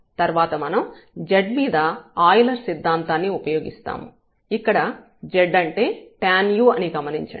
తర్వాత మనం z మీద ఆయిలర్ సిద్ధాంతాన్ని ఉపయోగిస్తాము ఇక్కడ z అంటే tanu అని గమనించండి